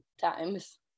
times